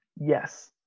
Yes